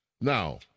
Now